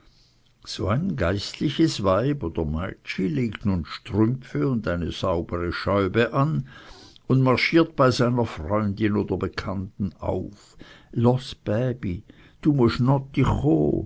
so ein geistliches weib oder meitschi legt nun strümpfe und eine saubere scheube an und marschiert bei seiner freundin oder bekannten auf los bäbi du